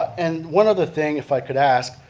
and one other thing if i could ask,